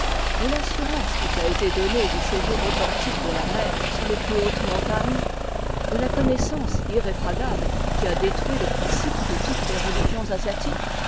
de l'assurance qui t'a été donnée du séjour authentique de la mer sur les plus hautes montagnes de la connaissance irréfragable qui a détruit le principe de toutes les religions asiatiques